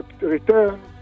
return